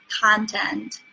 content